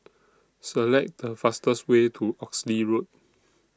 Select The fastest Way to Oxley Road